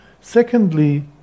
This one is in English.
Secondly